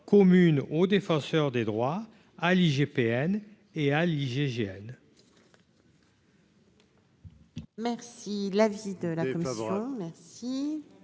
commune aux défenseurs des droits à l'IGPN et à l'hygiène.